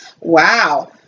Wow